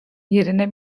yerine